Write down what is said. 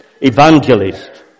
evangelist